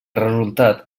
resultat